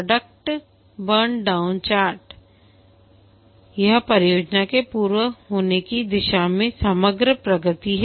product burn down chart है यह परियोजना के पूरा होने की दिशा में समग्र प्रगति है